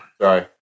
Sorry